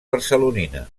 barcelonina